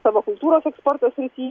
savo kultūros eksporto srity